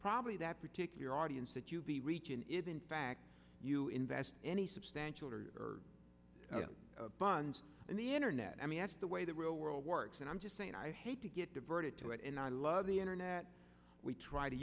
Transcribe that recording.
probably that particular audience that you'd be reaching if in fact you invest any substantial buns and the internet i mean that's the way the real world works and i'm just saying i hate to get diverted to it and i love the internet we try to